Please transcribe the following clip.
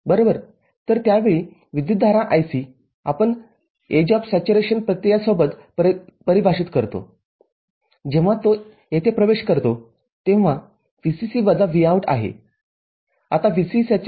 तरत्यावेळी विद्युतधारा IC आपण संपृक्ततेच्या किनाऱ्याच्या प्रत्ययासोबत परिभाषित करतो जेव्हा तो येथे प्रवेश करतो तेव्हा VCC वजा Vout आहे आता VCESat